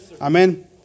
Amen